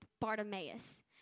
Bartimaeus